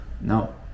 No